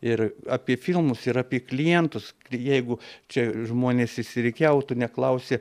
ir apie filmus ir apie klientus ir jeigu čia žmonės išsirikiavo tu neklausi